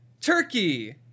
turkey